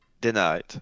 denied